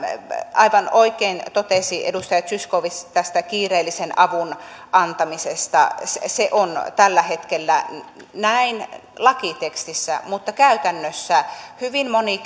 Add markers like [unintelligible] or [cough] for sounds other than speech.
aivan oikein totesi edustaja zyskowicz tästä kiireellisen avun antamisesta se on tällä hetkellä näin lakitekstissä mutta käytännössä hyvin moni [unintelligible]